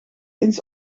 eens